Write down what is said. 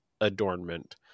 adornment